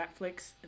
netflix